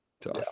tough